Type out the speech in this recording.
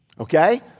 Okay